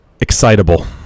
Excitable